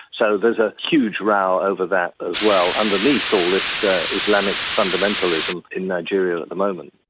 so there's a huge row over that as well underneath all this islamic fundamentalism in nigeria at the moment.